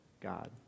God